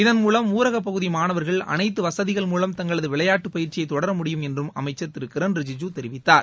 இதன் மூலம் ஊரகப்பகுதி மாணவர்கள் அனைத்து வசதிகள் மூலம் தங்களது விளையாட்டு பயிற்சியை தொடர முடியும் என்று அமைச்சர் திரு கிரண் ரிஜிஜு தெரிவித்தார்